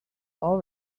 all